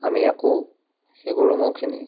আমি আকৌ সেই গৰু ম'হখিনি